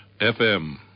FM